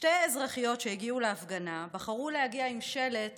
שתי אזרחיות שהגיעו להפגנה בחרו להגיע עם שלט